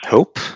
Hope